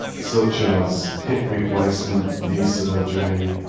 such as hip replacement, knee surgery,